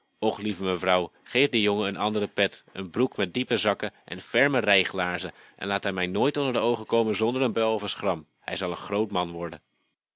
och lieve mevrouw geef den jongen een andere pet een broek met diepe zakken en ferme rijglaarzen en laat hij mij nooit onder de oogen komen zonder een buil of een schram hij zal een groot man worden